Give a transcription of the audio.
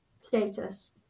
status